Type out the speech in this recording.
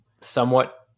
somewhat